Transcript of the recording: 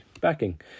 backing